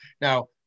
Now